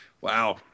Wow